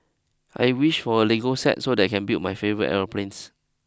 I wished for a Lego set so that I can build my favourite aeroplanes